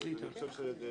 אני חושב שזה